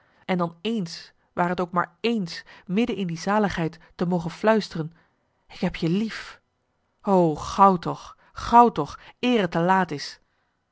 en dan eens ware t ook maar eens midden in die zaligheid te mogen fluisteren ik heb je lief o gauw toch gauw toch eer t te laat is